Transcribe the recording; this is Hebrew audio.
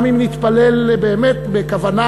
גם אם נתפלל באמת בכוונה